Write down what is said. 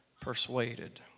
persuaded